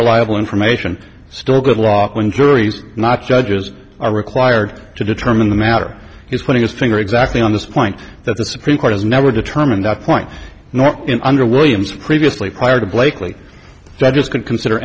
reliable information still good law when juries not judges are required to determine the matter he's putting his finger exactly on this point that the supreme court has never determined that point nor under williams previously prior to blakeley judges could consider